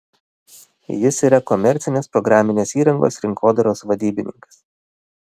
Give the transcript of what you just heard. jis yra komercinės programinės įrangos rinkodaros vadybininkas